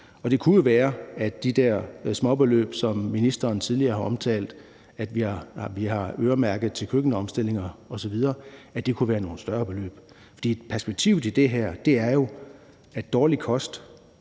Det kunne jo være, at de der småbeløb, som ministeren tidligere har omtalt vi har øremærket til køkkenomstillinger osv., kunne blive til nogle større beløb. Perspektivet i det her er jo, at dårlig kost